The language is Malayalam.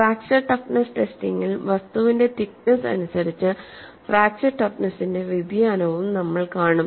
ഫ്രാക്ചർ ടഫ്നെസ് ടെസ്റ്റിംഗിൽ വസ്തുവിന്റെ തിക്നെസ്സ് അനുസരിച്ചു ഫ്രാക്ചർ ടഫ്നെസിന്റെ വ്യതിയാനവും നമ്മൾ കാണും